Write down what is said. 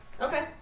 Okay